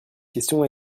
question